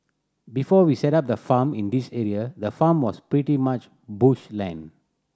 before we set up the farm in this area the farm was pretty much bush land